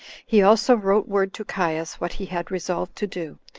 he also wrote word to caius what he had resolved to do,